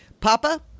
Papa